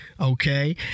Okay